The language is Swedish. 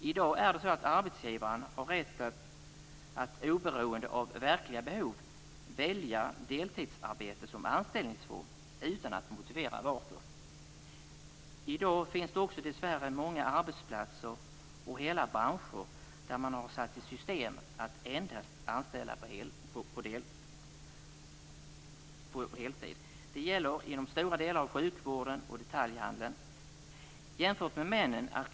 I dag är det så att arbetsgivaren har rätt att, oberoende av verkliga behov, välja deltidsarbete som anställningsform utan att motivera varför. I dag finns det också dessvärre många arbetsplatser och hela branscher där man har satt i system att endast anställa på deltid. Det gäller inom stora delar av sjukvården och detaljhandeln.